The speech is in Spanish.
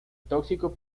tóxico